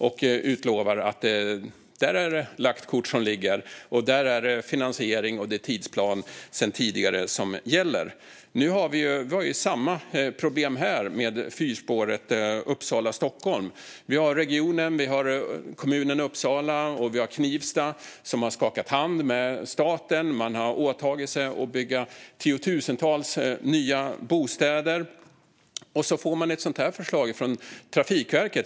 Han har utlovat att lagt kort ligger och sagt att tidigare finansiering och tidsplan gäller. Vi har samma problem med fyrspåret mellan Uppsala och Stockholm. Regionen och kommunerna Uppsala och Knivsta har skakat hand med staten. Man har åtagit sig att bygga tiotusentals nya bostäder - och så får man ett sådant här förslag från Trafikverket!